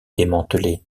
démantelé